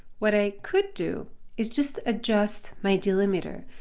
what i could do is just adjust my delimiter.